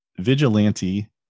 vigilante